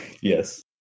Yes